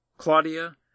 Claudia